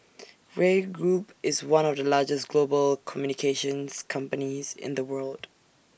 Grey Group is one of the largest global communications companies in the world